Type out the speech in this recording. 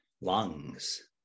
lungs